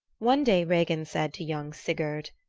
one day regin said to young sigurd,